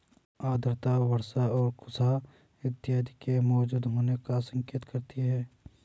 आर्द्रता वर्षा और कुहासा इत्यादि के मौजूद होने का संकेत करती है